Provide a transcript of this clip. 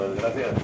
gracias